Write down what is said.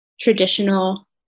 traditional